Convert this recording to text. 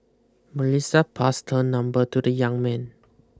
Melissa passed her number to the young man